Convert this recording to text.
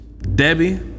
Debbie